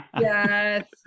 yes